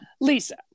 Lisa